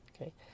okay